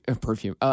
perfume